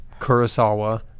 Kurosawa